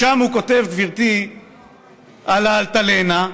שם הוא כותב, גברתי, על האלטלנה,